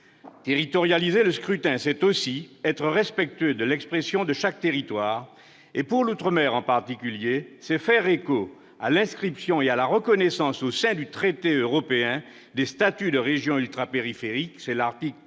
Territorialiser le scrutin, c'est aussi être respectueux de l'expression de chaque territoire et, pour l'outre-mer en particulier, c'est faire écho à l'inscription et à la reconnaissance, au sein des traités européens, des statuts de région ultrapériphérique- article